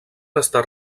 estar